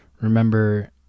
remember